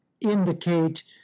indicate